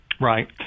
Right